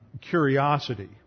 curiosity